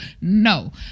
No